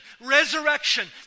resurrection